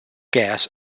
gas